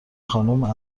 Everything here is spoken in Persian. خانم